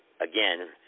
again